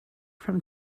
from